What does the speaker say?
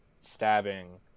stabbing